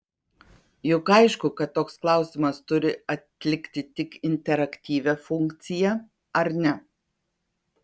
juk aišku kad toks klausimas turi atlikti tik interaktyvią funkciją ar ne